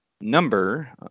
number